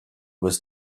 was